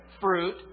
fruit